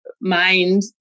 mind